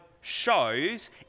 shows